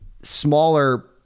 smaller